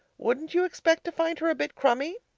wouldn't you expect to find her a bit crumby?